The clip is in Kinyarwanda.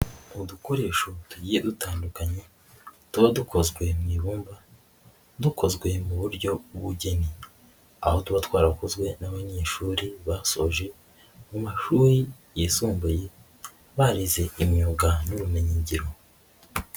Udukoresho tugiye dutandukanye tuba dukozwe mu ibumba, dukozwe mu buryo bw'ubugeni, aho tuba twarakozwe n'abanyeshuri basoje mu mashuri yisumbuye, barize imyuga n'ubumenyi ngiro.